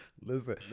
Listen